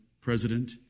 president